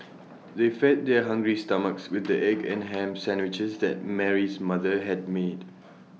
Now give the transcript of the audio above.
they fed their hungry stomachs with the egg and Ham Sandwiches that Mary's mother had made